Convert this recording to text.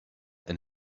and